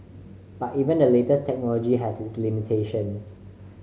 but even the latest technology has its limitations